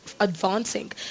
advancing